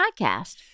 podcast